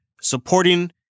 supporting